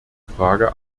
frage